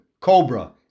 Cobra